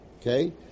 Okay